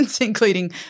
including